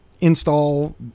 install